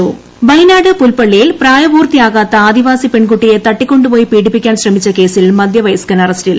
arrest Wayanad പുൽപള്ളിയിൽ പ്രായപൂർത്തിയാകാത്ത ആദിവാസിപെൺകുട്ടിയെ തട്ടികൊണ്ടു പോയി പീഡിപ്പിക്കാൻ ശ്രമിച്ച കേസിൽ മധ്യവയസ്കൻ അറസ്റ്റിൽ